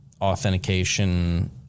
authentication